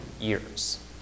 years